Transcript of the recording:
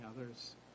others